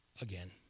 again